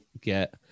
get